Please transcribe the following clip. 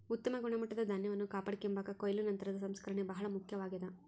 ಉತ್ತಮ ಗುಣಮಟ್ಟದ ಧಾನ್ಯವನ್ನು ಕಾಪಾಡಿಕೆಂಬಾಕ ಕೊಯ್ಲು ನಂತರದ ಸಂಸ್ಕರಣೆ ಬಹಳ ಮುಖ್ಯವಾಗ್ಯದ